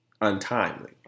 untimely